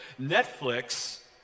Netflix